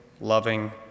loving